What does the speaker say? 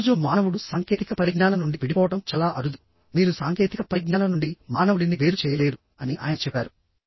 ఈ రోజు మానవుడు సాంకేతిక పరిజ్ఞానం నుండి విడిపోవడం చాలా అరుదు మీరు సాంకేతిక పరిజ్ఞానం నుండి మానవుడిని వేరు చేయలేరు అని ఆయన చెప్పారు